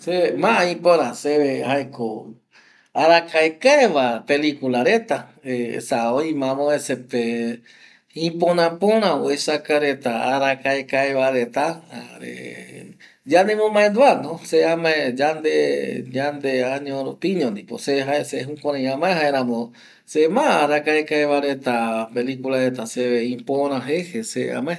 Se ma ipora seve jaeko arakaekae va pelicula reta eh esa oime amo vece pe eh iporapora oesaka reta arakaekae va reta jare eh yanemomaendua no, se amae yande eh yande año rupiño ndipo se jae, se jukurai amae jaeramo se ma arakaekae va reta pelicula reta ipora, jeje se amae